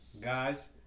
Guys